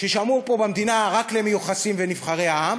ששמור פה במדינה רק למיוחסים ולנבחרי העם